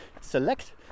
select